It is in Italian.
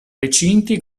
recinti